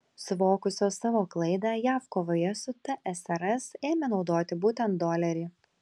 suvokusios savo klaidą jav kovoje su tsrs ėmė naudoti būtent dolerį